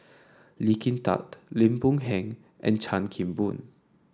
Lee Kin Tat Lim Boon Heng and Chan Kim Boon